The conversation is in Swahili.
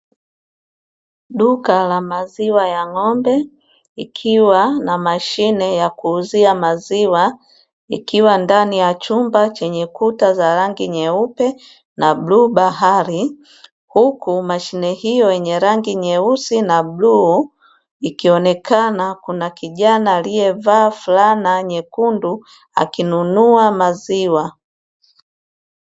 Duka la maziwa ya ng’ombe ikiwa na mashine ya kuuzia maziwa ikiwa ndani ya chumba chenye kuta za rangi nyeupe na bluubahari huku mashine hiyo yenye rangi nyeusi na bluu ikionekana kuna kijana aliyevaa flana nyekundu akinunua maziwa.